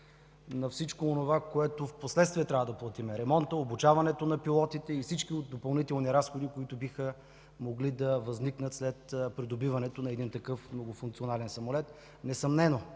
на всичко онова, което впоследствие трябва да платим – ремонта, обучаването на пилотите и всички допълнителни разходи, които биха могли да възникнат след придобиването на такъв многофункционален самолет. Несъмнено